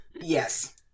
yes